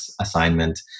assignment